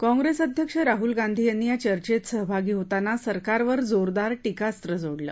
काँग्रेस अध्यक्ष राहल गांधी यांनी या चचेंत सहभागी होताना सरकारवर जोरदार टिकास्त्र सोडलं